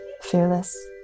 fearless